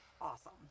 awesome